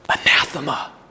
Anathema